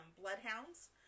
bloodhounds